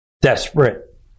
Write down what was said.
desperate